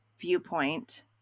viewpoint